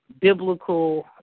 biblical